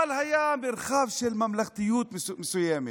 היה מרחב של ממלכתיות מסוימת.